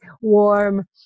warm